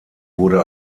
wurde